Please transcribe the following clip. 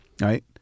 Right